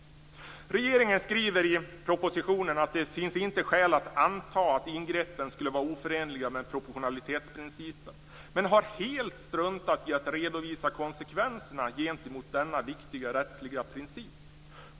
Regeringen skriver i propositionen att det inte finns skäl att anta att ingreppen är oförenliga med proportionalitetsprincipen men har helt struntat i att redovisa konsekvenserna gentemot denna viktiga rättsliga princip.